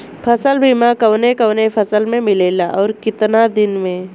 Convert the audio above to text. फ़सल बीमा कवने कवने फसल में मिलेला अउर कितना दिन में?